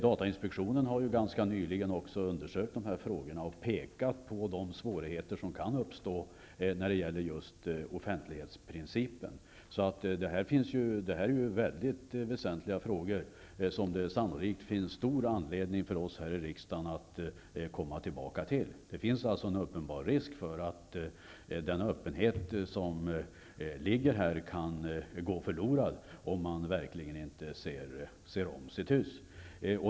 Datainspektionen har ju också ganska nyligen undersökt de här frågorna och pekat på de svårigheter som kan uppstå när det gäller just offentlighetsprincipen. Detta är ju mycket väsentliga frågor som det sannolikt finns stor anledning för oss här i riksdagen att komma tillbaka till. Det finns alltså en uppenbar risk för att den öppenhet som finns här kan gå förlorad om man inte verkligen ser om sitt hus.